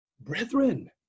brethren